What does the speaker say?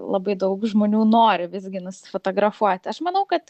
labai daug žmonių nori visgi nusifotografuoti aš manau kad